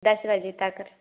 दस बजे तक